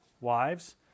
Wives